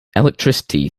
electricity